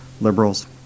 liberals